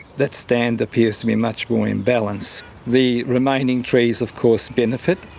that stand appears to be much more in balance. the remaining trees of course benefit,